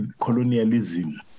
colonialism